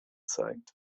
zeigt